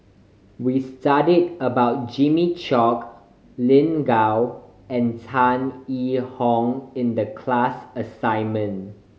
we studied about Jimmy Chok Lin Gao and Tan Yee Hong in the class assignment